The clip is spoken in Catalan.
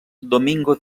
domingo